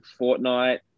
Fortnite